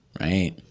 right